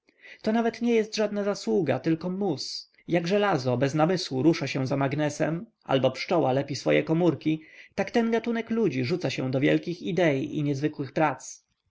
to nawet nie jest żadna zasługa tylko mus jak żelazo bez namysłu rusza się za magnesem albo pszczoła lepi swoje komórki tak ten gatunek ludzi rzuca się do wielkich idei i niezwykłych prac